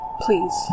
Please